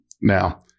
Now